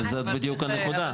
זאת בדיוק הנקודה.